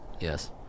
Yes